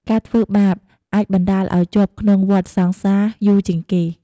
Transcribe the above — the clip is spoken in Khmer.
ការធ្វើបាបអាចបណ្តាលឲ្យជាប់ក្នុងវដ្តសង្សារ យូរជាងគេ។